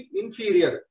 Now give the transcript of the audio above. inferior